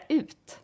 ut